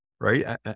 Right